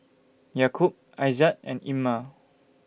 Yaakob Aizat and Ammir